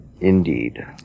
indeed